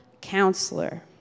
Counselor